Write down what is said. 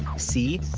c,